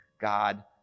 God